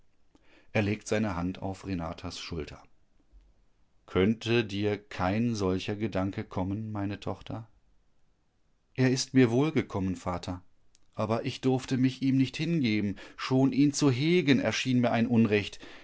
er legt seine hand auf renatas schulter konnte dir kein solcher gedanke kommen meine tochter er ist mir wohl gekommen vater aber ich durfte mich ihm nicht hingeben schon ihn zu hegen erschien mir ein unrecht